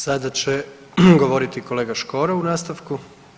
Sada će govoriti kolega Škoro u nastavku.